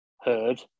heard